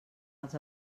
els